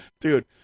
dude